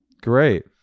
Great